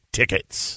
tickets